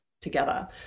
together